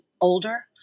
older